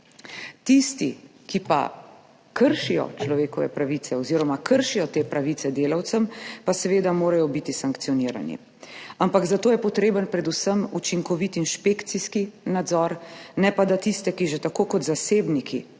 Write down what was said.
Tisti, ki pa kršijo človekove pravice oziroma kršijo te pravice delavcem, pa seveda morajo biti sankcionirani, ampak za to je potreben predvsem učinkovit inšpekcijski nadzor, ne pa da tiste, ki že tako kot zasebniki,